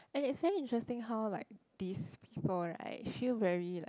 and it's very interesting how like these people right feel very like